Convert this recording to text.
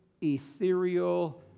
ethereal